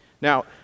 Now